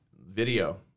video